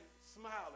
smiling